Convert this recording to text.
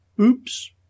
Oops